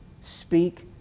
speak